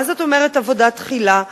מה זאת אומרת עבודה תחילה?